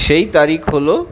সেই তারিখ হল